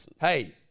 hey